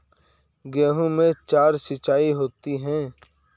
गेहूं में चार सिचाई होती हैं